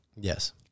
Yes